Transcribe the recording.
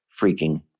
freaking